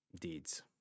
deeds